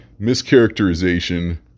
mischaracterization